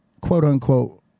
quote-unquote